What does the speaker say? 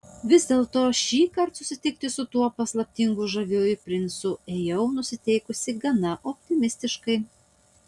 vis dėlto šįkart susitikti su tuo paslaptingu žaviuoju princu ėjau nusiteikusi gana optimistiškai